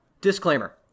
Disclaimer